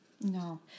No